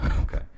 Okay